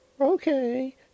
okay